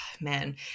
man